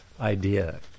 idea